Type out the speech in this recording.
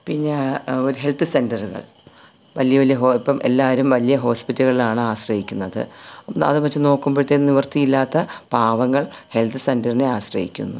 പിന്നെ ഒരു ഹെൽത്ത് സെൻറ്ററുകൾ വലിയ വലിയ ഹോ ഇപ്പം എല്ലാവരും വലിയ ഹോസ്പിറ്റലുകളിലാണ് ആശ്രയിക്കുന്നത് അതു വെച്ചു നോക്കുമ്പോഴത്തേക്കും നിവൃത്തിയില്ലാത്ത പാവങ്ങൾ ഹെൽത്ത് സെൻറ്ററിനെ ആശ്രയിക്കുന്നു